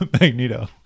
Magneto